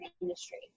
industry